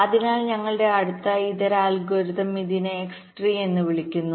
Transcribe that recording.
അതിനാൽ ഞങ്ങളുടെ അടുത്ത ഇതര അൽഗോരിതം ഇതിനെ എക്സ് ട്രീഎന്ന് വിളിക്കുന്നു